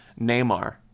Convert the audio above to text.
Neymar